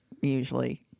usually